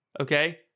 Okay